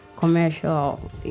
Commercial